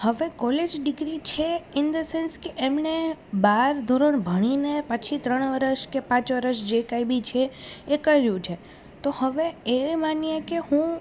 હવે college degree છે in the sense કે એમણે બાર ધોરણ ભણીને પછી ત્રણ વરસ કે પાંચ વરસ જે કાંઇ પણ છે એ કર્યું છે તો હવે એ માનીએ કે હું